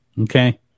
Okay